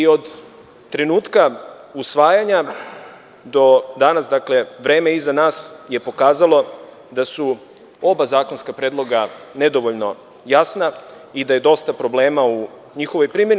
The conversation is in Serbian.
Od trenutka usvajanja do danas, dakle, vreme iza nas je pokazalo da su oba zakonska predloga nedovoljno jasna i da je dosta problema u njihovoj primeni.